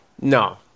no